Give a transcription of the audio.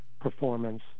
performance